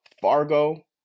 Fargo